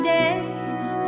days